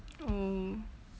oh